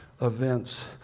events